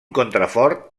contrafort